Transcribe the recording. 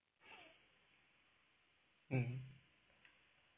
mmhmm